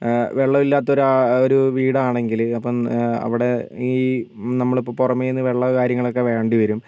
വെള്ളമില്ലാത്തൊരു ഒരു വീടാണെങ്കിൽ അപ്പം അവിടെ ഈ നമ്മളിപ്പോൾ പുറമേന്ന് വെള്ളമോ കാര്യങ്ങളൊക്കെ വേണ്ടി വരും